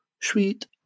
sweet